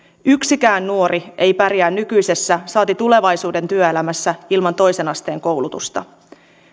yksikään nuori ei pärjää nykyisessä saati tulevaisuuden työelämässä ilman toisen asteen koulutusta